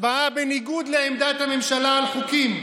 הצבעה בניגוד לעמדת הממשלה על חוקים,